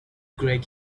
greg